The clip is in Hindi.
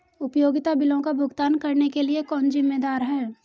उपयोगिता बिलों का भुगतान करने के लिए कौन जिम्मेदार है?